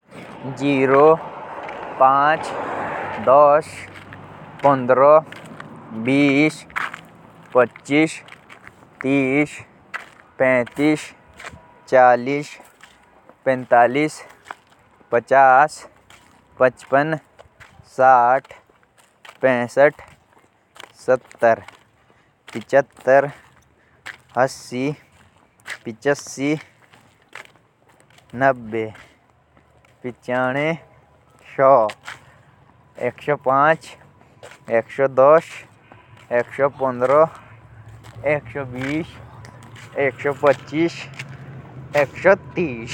ज़ीरो, पाँच, दस, पंदरौ, बीस, पच्चीस, तीस, पेटिस, चालीस, पैंतालिस, पचास, पचपन, साठ, पैसठ, सत्तर, पिचत्तर, अस्सी, पिचासी, नब्बेह, पिचानवे, सौ।